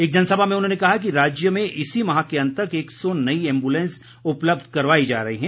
एक जनसभा में उन्होंने कहा कि राज्य में इसी माह के अंत तक एक सौ नई एम्बुलेंस उपलब्ध करवाई जा रही हैं